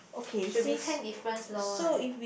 should be ten differences lor like that